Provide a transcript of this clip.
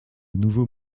nouveau